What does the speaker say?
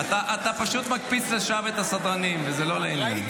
אתה פשוט מקפיץ לשם את הסדרנים, וזה לא לעניין.